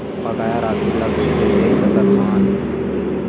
बकाया राशि ला कइसे देख सकत हान?